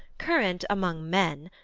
current among men,